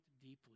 deeply